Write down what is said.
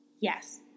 Yes